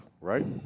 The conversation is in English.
right